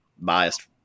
biased